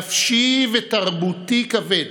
נפשי ותרבותי כבד,